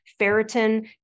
ferritin